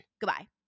Goodbye